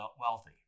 wealthy